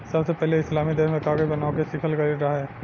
सबसे पहिले इस्लामी देश में कागज बनावे के सिखल गईल रहे